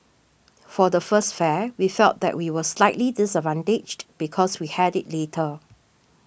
for the first fair we felt that we were slightly disadvantaged because we had it later